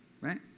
right